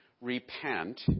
repent